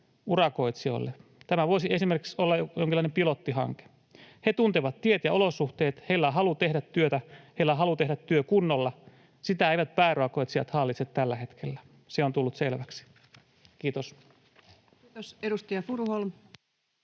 Tämä voisi esimerkiksi olla jonkinlainen pilottihanke. He tuntevat tiet ja olosuhteet, heillä on halu tehdä työtä, heillä on halu tehdä työ kunnolla. Sitä eivät pääurakoitsijat hallitse tällä hetkellä, se on tullut selväksi. — Kiitos. [Speech